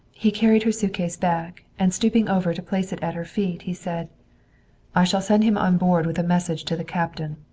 he carried her suitcase back, and stooping over to place it at her feet he said i shall send him on board with a message to the captain.